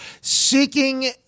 seeking